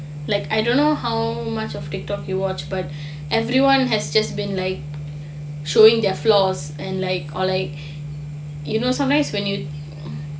like I don't know how much of TikTok you watch but everyone has just been like showing their flaws and like or like you know some times when you